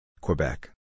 Quebec